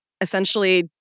essentially